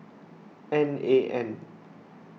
N A N